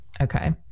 okay